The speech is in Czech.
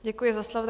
Děkuji za slovo.